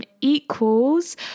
equals